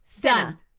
done